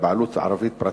בבעלות ערבית פרטית,